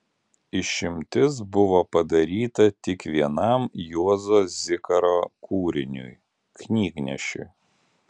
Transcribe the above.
išimtis buvo padaryta tik vienam juozo zikaro kūriniui knygnešiui